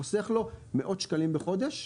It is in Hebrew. זה חוסך לו מאות שקלים בחודש.